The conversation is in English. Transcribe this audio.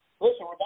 Listen